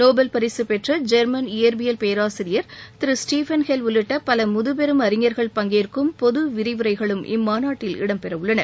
Nobel பரிசுப்பெற்ற German இயற்வியல் பேராசிரியர் திரு ஸ்டீஃபள் ஹெல் உள்ளிட்ட பல முதுபெரும் அறிஞர்கள் பங்கேற்கும் பொது விரிவுரைகளும் இம்மாநாட்டில் இடம்பெறவுள்ளன